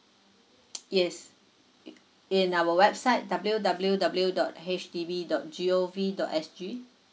yes it in our website W W W dot H D B dot G O V dot S G